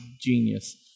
genius